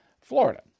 Florida